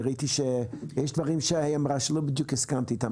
ראיתי שיש דברים שהיא אמרה שלא בדיוק הסכמת איתם.